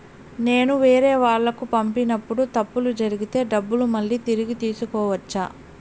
నేను వేరేవాళ్లకు పంపినప్పుడు తప్పులు జరిగితే డబ్బులు మళ్ళీ తిరిగి తీసుకోవచ్చా?